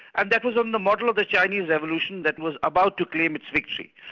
and that was on the model of a chinese evolution that was about to claim its victory.